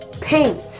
Paint